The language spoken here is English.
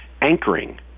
anchoring